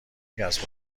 کسب